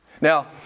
Now